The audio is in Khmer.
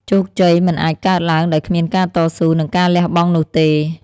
ជោគជ័យមិនអាចកើតឡើងដោយគ្មានការតស៊ូ និងការលះបង់នោះទេ។